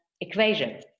equation